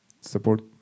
support